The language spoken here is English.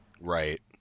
Right